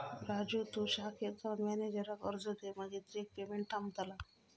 राजू तु शाखेत जाऊन मॅनेजराक अर्ज दे मगे चेक पेमेंट थांबतला